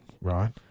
Right